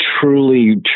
truly